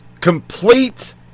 complete